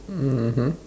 mmhmm